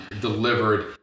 delivered